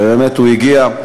ובאמת הוא הגיע.